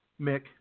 Mick